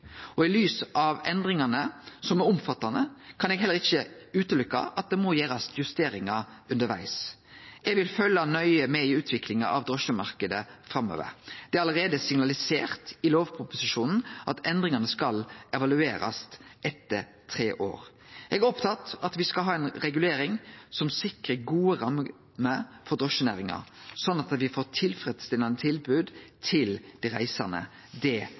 og i lys av endringane, som er omfattande, kan eg heller ikkje sjå bort frå at det må gjerast justeringar undervegs. Eg vil følgje nøye med i utviklinga av drosjemarknaden framover. Det er allereie signalisert i lovproposisjonen at endringane skal evaluerast etter tre år. Eg er opptatt av at me skal ha ei regulering som sikrar gode rammer for drosjenæringa, slik at me får eit tilfredsstillande tilbod til dei reisande. Det